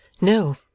No